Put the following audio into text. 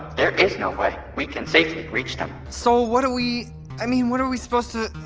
there is no way we can safely reach them so what do we i mean, what're we supposed to